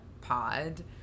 pod